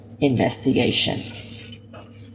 investigation